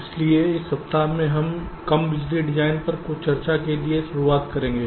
इसलिए इस सप्ताह में हम कम बिजली डिजाइन पर कुछ चर्चाओं के साथ शुरुआत करेंगे